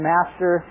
Master